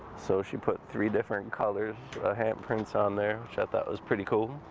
so she put three different colors have prints on their ship that was pretty cool.